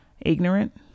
ignorant